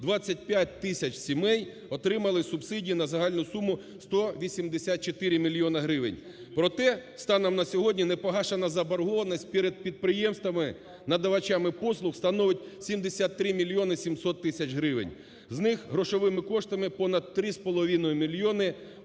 25 тисяч сімей отримали субсидії на загальну суму 184 мільйони гривень. Проте, станом на сьогодні, не погашена заборгованість перед підприємствами надавачами послуг становить 73 мільйони 700 тисяч гривень. З них грошовими коштами – понад 3,5 мільйони,